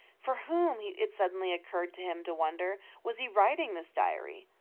for whom, it suddenly occurred to him to wonder, was he writing this diary?